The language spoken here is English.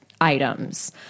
items